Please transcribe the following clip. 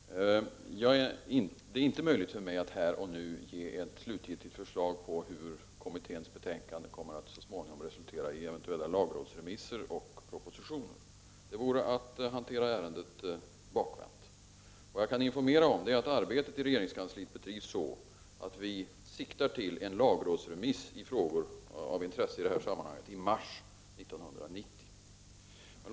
Herr talman! Det är inte möjligt för mig att här och nu slutgiltigt redovisa hur kommitténs betänkande så småningom kommer att resultera i eventuella lagrådsremisser och propositioner. Det vore att hantera ärendet bakvänt. Det jag kan informera om är att arbetet i regeringskansliet bedrivs med sikte på en lagrådsremiss i frågor av intresse i detta sammanhang i mars 1990.